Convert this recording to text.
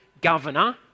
governor